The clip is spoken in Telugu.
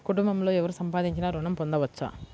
కుటుంబంలో ఎవరు సంపాదించినా ఋణం పొందవచ్చా?